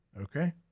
Okay